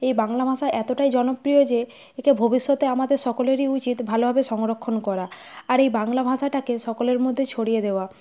এই বাংলা ভাষা এতটাই জনপ্রিয় যে একে ভবিষ্যতে আমাদের সকলেরই উচিত ভালোভাবে সংরক্ষণ করা আর এই বাংলা ভাষাটাকে সকলের মধ্যে ছড়িয়ে দেওয়া